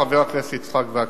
חבר הכנסת יצחק וקנין.